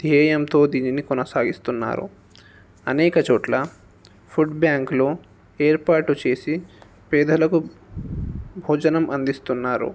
ధ్యేయంతో దీనిని కొనసాగిస్తున్నారు అనేక చోట్ల ఫుడ్ బ్యాంకులు ఏర్పాటు చేసి పేదలకు భోజనం అందిస్తున్నారు